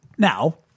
Now